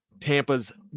Tampa's